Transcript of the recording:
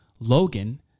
Logan